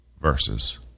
verses